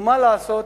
ומה לעשות,